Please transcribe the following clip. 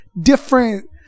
different